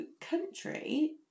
country